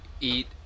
eat